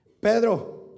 Pedro